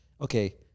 okay